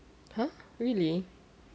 !huh! really